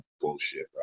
bullshit